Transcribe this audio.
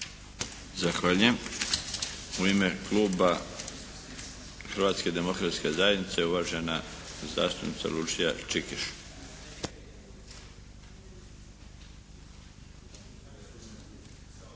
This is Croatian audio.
Zahvaljujem. U ime kluba Hrvatske demokratske zajednice, uvažena zastupnica Lucija Čikeš.